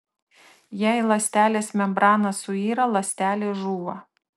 jei ląstelės membrana suyra ląstelė žūva